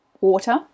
water